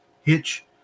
Hitch